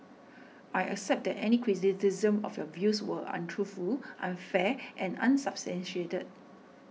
I accept that any criticism of your views were untruthful unfair and unsubstantiated